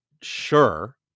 sure